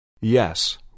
Yes